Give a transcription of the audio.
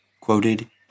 quoted